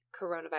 coronavirus